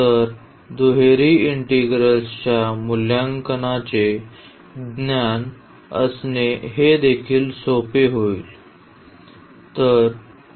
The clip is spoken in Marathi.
तर दुहेरी इंटिग्रल्सच्या मूल्यांकनाचे ज्ञान असणे हे देखील सोपे होईल